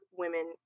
women